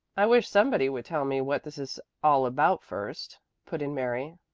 i wish somebody would tell me what this is all about first, put in mary.